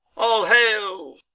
all hail!